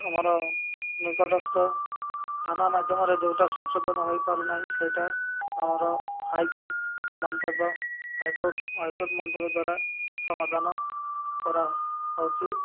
ଆମର ନିକଟସ୍ଥ ଥାନା ମାଧ୍ୟମରେ ଯେଉଁଟା ସଂଶୋଧନ ହେଇପାରୁନାହିଁ ସେଇଟା ଆମର ହାଇକୋର୍ଟ୍ ମନ୍ତବ୍ୟ ହାଇକୋର୍ଟ୍ ହାଇକୋର୍ଟ୍ ମନ୍ତବ୍ୟ ଦ୍ୱାରା ସମାଧାନ କରା ହେଉଛି